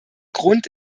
grund